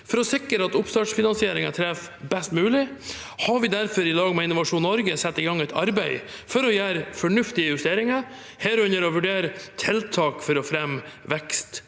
For å sikre at oppstartfinansieringen treffer best mulig, har vi derfor i dag, med Innovasjon Norge, satt i gang et arbeid for å gjøre fornuftige investeringer, herunder å vurdere tiltak for å fremme vekst